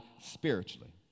spiritually